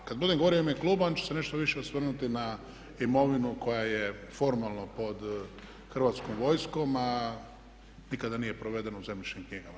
A kad budem govorio u ime kluba onda ću se nešto više osvrnuti na imovinu koja je formalno pod Hrvatskom vojskom a nikada nije provedeno u zemljišnim knjigama.